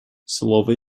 слово